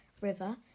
River